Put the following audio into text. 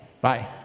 Bye